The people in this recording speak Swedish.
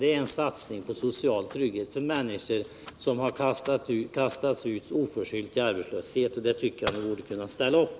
Det är en satsning på social trygghet för människor som oförskyllt har kastats ut i arbetslöshet, och det tycker jag att ni borde kunna ställa upp på.